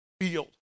field